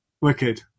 wicked